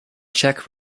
czech